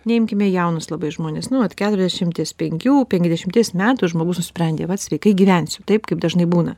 neimkime jaunus labai žmones nu vat keturiasdešimties penkių penkiasdešimties metų žmogus nusprendė vat sveikai gyvensiu taip kaip dažnai būna